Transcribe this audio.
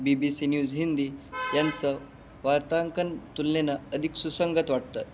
BBC news Hindi यांचं वार्तांकन तुलनेनं अधिक सुसंगत वाटतं